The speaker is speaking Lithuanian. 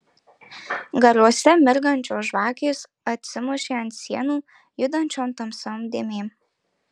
garuose mirgančios žvakės atsimušė ant sienų judančiom tamsiom dėmėm